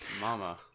Mama